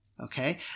Okay